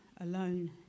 alone